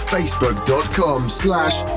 Facebook.com/slash